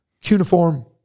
Cuneiform